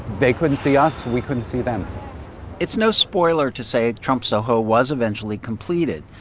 they couldn't see us. we couldn't see them it's no spoiler to say trump soho was eventually completed.